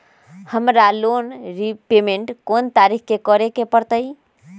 हमरा loan repayment कोन तारीख के करे के परतई?